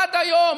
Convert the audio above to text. עד היום,